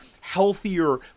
healthier